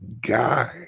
guy